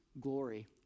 glory